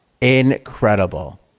incredible